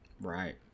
Right